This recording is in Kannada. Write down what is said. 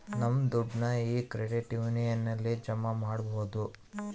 ನಮ್ ದುಡ್ಡನ್ನ ಈ ಕ್ರೆಡಿಟ್ ಯೂನಿಯನ್ ಅಲ್ಲಿ ಜಮಾ ಮಾಡ್ಬೋದು